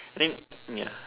I think yeah